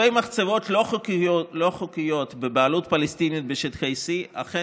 מחצבות לא חוקיות בבעלות פלסטינית בשטחי C אכן